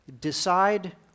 decide